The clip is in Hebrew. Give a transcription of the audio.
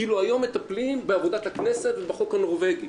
כאילו היום מטפלים בעבודת הכנסת ובחוק הנורווגי,